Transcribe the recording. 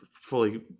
fully